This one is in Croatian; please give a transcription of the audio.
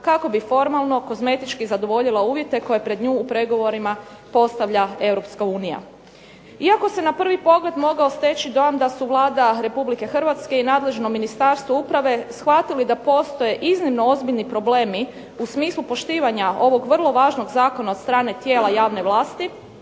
kako bi formalno kozmetički zadovoljila uvjete koje pred nju u pregovorima postavlja EU. Iako se na prvi pogled mogao steći dojam da su Vlada Republike Hrvatske i nadležno Ministarstvo uprave shvatili da postoje iznimno ozbiljni problemi u smislu poštivanja ovog vrlo važnog zakona od strane tijela javne vlasti,